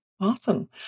Awesome